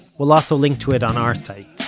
we'll also link to it on our site